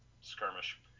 skirmish